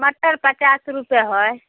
टमाटर पचास रुपैए हइ